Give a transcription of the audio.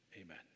amen